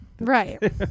right